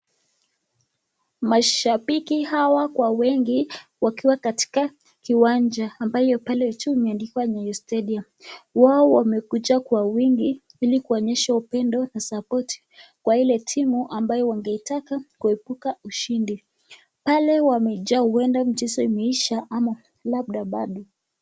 Mashabiki hawa kwa wengi wakiwa katika kiwanja ambayo pale juu imeandikwa 'Nyayo Stadium'.Wao wamekuja kwa wingi ili kuonyesha upendo na sapoti kwa ile timu ambayo wangeitaka kuebuka ushindi. Pale wamejaa huenda mchezo imeisha ama labda bado.